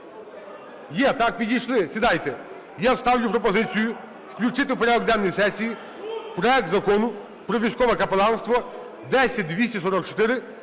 Є, так? Підійшли. Сідайте. Я ставлю пропозицію включити у порядок денний сесії проект Закону про військове капеланство (10244,